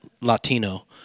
Latino